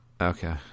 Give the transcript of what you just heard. Okay